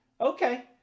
Okay